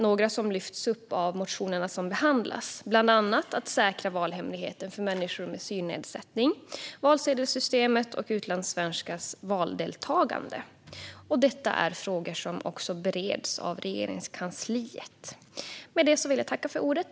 Några har lyfts upp i de motioner som behandlas i betänkandet, bland annat att säkra valhemligheten för människor med synnedsättning, valsedelssystemet och utlandssvenskars valdeltagande. Detta är frågor som också bereds av Regeringskansliet.